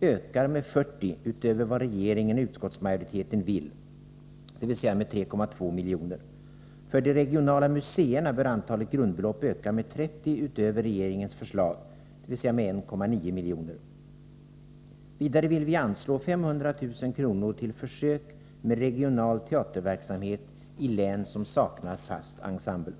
ökar med 40 utöver vad regeringen och utskottsmajoriteten vill, dvs. med 3,2 miljoner. För de regionala museerna bör antalet grundbelopp öka med 30 utöver regeringens förslag, dvs. med 1,9 miljoner. Vidare vill vi anslå 500 000 kr. till försök med regional teaterverksamhet i län som saknar fast ensemble.